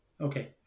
Okay